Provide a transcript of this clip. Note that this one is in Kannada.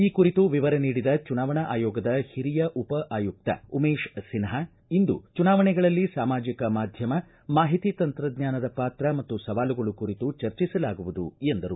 ಈ ಕುರಿತು ವಿವರ ನೀಡಿದ ಚುನಾವಣಾ ಆಯೋಗದ ಹಿರಿಯ ಉಪ ಆಯುಕ್ತ ಉಮೇಶ್ ಸಿನ್ವಾ ಇಂದು ಚುನಾವಣೆಗಳಲ್ಲಿ ಸಾಮಾಜಿಕ ಮಾಧ್ಯಮ ಮತ್ತು ಮಾಹಿತಿ ತಂತ್ರಜ್ಞಾನದ ಪಾತ್ರ ಮತ್ತು ಸವಾಲುಗಳು ಕುರಿತು ಚರ್ಚಿಸಲಾಗುವುದು ಎಂದರು